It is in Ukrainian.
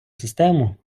систему